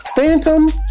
Phantom